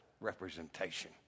representation